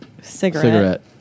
Cigarette